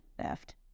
theft